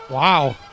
Wow